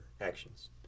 actions